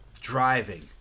driving